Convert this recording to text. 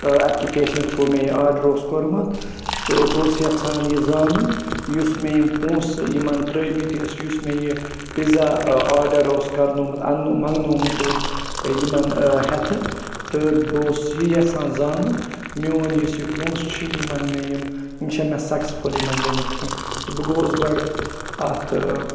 ایپلکیشنہِ through مےٚ یہِ order اوس کوٚرمُت تہٕ بہٕ اوسُس یَژھان یہِ زانُن یُس مےٚ یِم پونٛسہٕ یِمَن ترٲمٕتۍ ٲس یُس مےٚ یہِ پِزا آرڈَر اوس کَرنومُت اَن منٛگنومُت اوس یِمَن ہیٚتھٕ تہٕ بہٕ اوس یہِ یَژھان زانُن میون یُس یہِ پونٛسہٕ چھُ یِمَن مےٚ یِم یِم چھے مےٚ سَکسیسفُل یِمَن گٔمٕتۍ کیٚنٛہہ تہٕ بہٕ گوٚوُس گۄڈٕ اَتھ